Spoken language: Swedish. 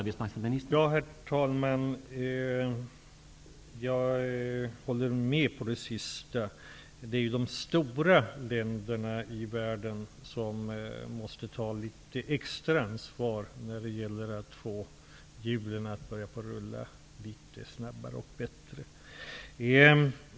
Herr talman! Jag håller med om det senaste Ulrica Messing sade. Det är de stora länderna i världen som måste ta litet extra ansvar för att få hjulen att rulla litet snabbare och bättre.